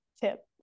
tip